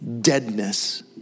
deadness